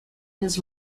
his